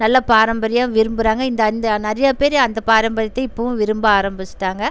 நல்லா பாரம்பரியம் விரும்புகிறாங்க இந்த இந்த நிறையா பேர் அந்த பாரம்பரியத்தை இப்போவும் விரும்ப ஆரம்பிச்சுட்டாங்கள்